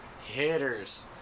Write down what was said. hitters